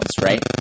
right